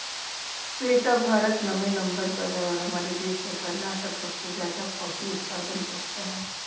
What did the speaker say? बेटा भारत नौवें नंबर पर है और हमारे देश में कर्नाटक सबसे ज्यादा कॉफी उत्पादन करता है